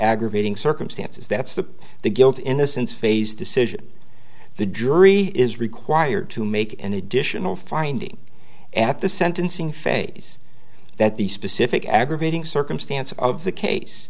aggravating circumstances that's the guilt innocence phase decision the jury is required to make an additional finding at the sentencing phase that the specific aggravating circumstances of the case